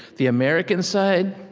the american side